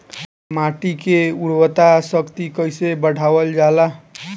माटी के उर्वता शक्ति कइसे बढ़ावल जाला?